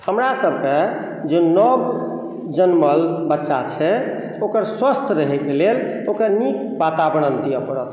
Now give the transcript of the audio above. हमरा सबकेँ जे नव जनमल बच्चा छै ओकर स्वस्थ रहैके लेल ओकर नीक वातावरण दिअ पड़त